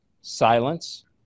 silence